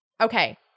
okay